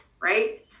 right